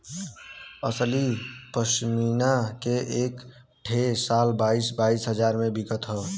असली पश्मीना के एक ठे शाल बाईस बाईस हजार मे बिकत हौ